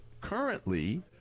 currently